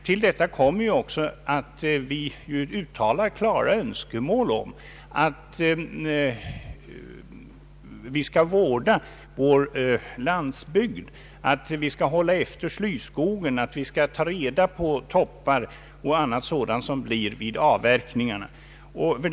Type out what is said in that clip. Till detta kommer också att vi ju allmänt uttalar klara önskemål om att vi skall vårda vår landsbygd, hålla efter slyskog, ta reda på toppar och annat sådant som blir kvar vid avverkning av skog.